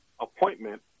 appointment